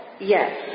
Yes